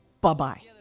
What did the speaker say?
Bye-bye